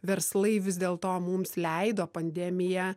verslai vis dėl to mums leido pandemiją